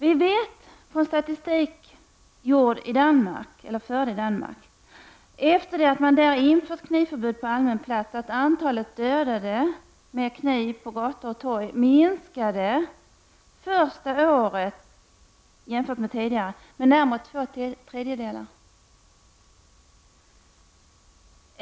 Vi vet från statistik som förts i Danmark efter införandet av knivförbud på allmän plats, att antalet dödade med kniv på gator och torg minskade med närmare två tredjedelar första året.